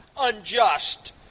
unjust